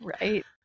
Right